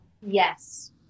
Yes